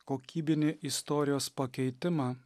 kokybinį istorijos pakeitimą